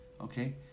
okay